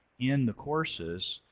in the courses.